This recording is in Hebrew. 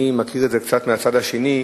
אני מכיר את זה קצת מהצד השני,